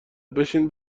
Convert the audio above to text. بشین